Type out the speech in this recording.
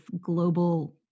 global